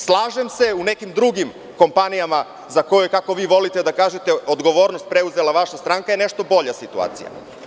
Slažem se u nekim drugim kompanijama za koje vi volite da kažete, gde je odgovornost preuzela vaša stranka je nešto bolja situacija.